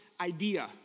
idea